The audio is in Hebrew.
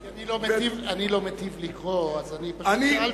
אני לא מיטיב לקרוא, לכן שאלתי.